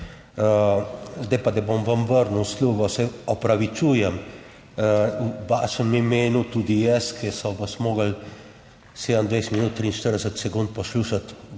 Zdaj pa, da bom vam vrnil uslugo, se opravičujem, v vašem imenu tudi jaz, ki so vas morali 27 minut, 43 sekund poslušati,